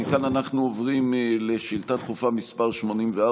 מכאן אנחנו עוברים לשאילתה דחופה מס' 84,